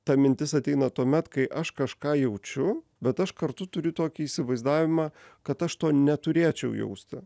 ta mintis ateina tuomet kai aš kažką jaučiu bet aš kartu turiu tokį įsivaizdavimą kad aš to neturėčiau jausti